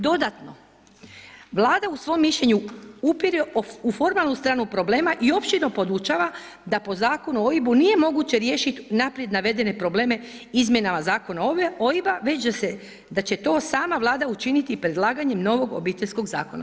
Dodatno, Vlada u svom mišljenju upire u formalnu stranu problema i uopće ne podučava da po Zakonu o OIB-u nije moguće riješiti unaprijed naveden probleme izmjenama Zakona o OIB-u već da će to sama Vlada učiniti predlaganjem novog Obiteljskog zakona.